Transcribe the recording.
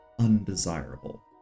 undesirable